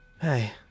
Hey